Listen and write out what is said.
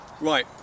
Right